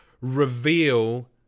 reveal